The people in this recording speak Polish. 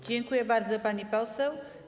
Dziękuję bardzo, pani poseł.